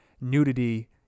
nudity